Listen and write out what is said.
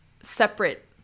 separate